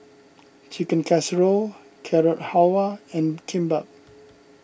Chicken Casserole Carrot Halwa and Kimbap